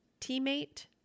teammate